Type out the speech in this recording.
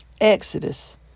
Exodus